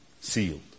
sealed